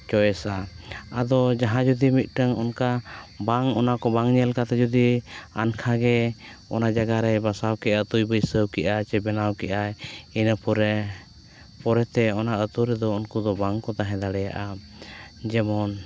ᱟ ᱟᱫᱚ ᱡᱟᱦᱟᱸᱭ ᱡᱩᱫᱤ ᱢᱤᱫᱴᱟᱝ ᱚᱱᱠᱟ ᱵᱟᱝ ᱚᱱᱟ ᱠᱚ ᱵᱟᱝ ᱧᱮᱞ ᱠᱟᱛᱮᱫ ᱡᱩᱫᱤ ᱟᱱᱠᱷᱟ ᱜᱮ ᱚᱱᱟ ᱡᱟᱭᱜᱟ ᱨᱮ ᱵᱟᱥᱟᱣᱠᱮᱫᱟᱭ ᱟᱛᱳᱭ ᱵᱟᱹᱭᱥᱟᱹᱣ ᱠᱮᱫᱟᱭ ᱪᱮ ᱵᱮᱱᱟᱣ ᱠᱮᱫᱟᱭ ᱤᱱᱟᱹ ᱯᱚᱨᱮ ᱯᱚᱨᱮᱛᱮ ᱚᱱᱟ ᱟᱛᱳ ᱨᱮᱫᱚ ᱩᱱᱠᱩ ᱫᱚ ᱵᱟᱝ ᱠᱚ ᱛᱟᱦᱮᱸ ᱫᱟᱲᱮᱭᱟᱜᱼᱟ ᱡᱮᱢᱚᱱ